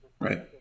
Right